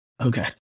Okay